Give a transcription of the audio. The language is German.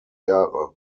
jahre